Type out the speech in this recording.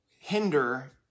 hinder